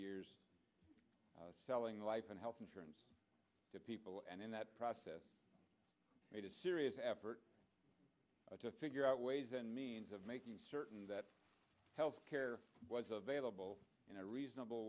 years selling life and health insurance to people and in that process made a serious effort to figure out ways and means of making certain that health care was available in a reasonable